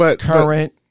current